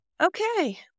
Okay